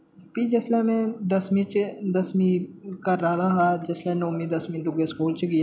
फ्ही जिसलै में दसमीं च दसमीं करा दा हा जिसलै नौमीं दसमीं दुए स्कूल च गेआ